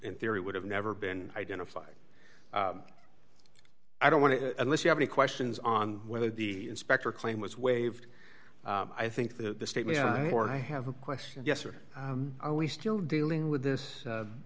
in theory would have never been identified i don't want to unless you have any questions on whether the inspector claim was waived i think the statement or i have a question yes or are we still dealing with this